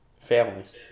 families